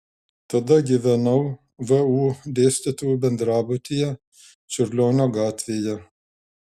tada gyvenau vu dėstytojų bendrabutyje čiurlionio gatvėje